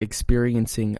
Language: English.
experiencing